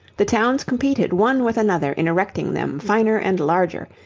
the towns competed one with another in erecting them finer and larger,